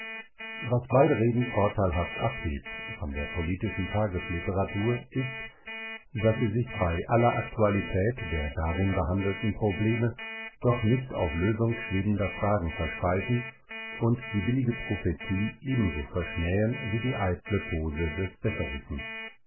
was beide reden vorteilhaft abhebt von der politischen tagesliteratur ist daß sie sich bei aller aktualität der darin behandelten probleme doch nicht auf lösung schwebender fragen versteifen und die billige prophetie ebenso verschmähen wie die eitle pose des besserwissens